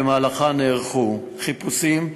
במהלכה נערכו חיפושים,